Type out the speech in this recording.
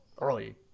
Early